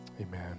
Amen